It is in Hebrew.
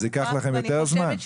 אז ייקח לכם יותר זמן?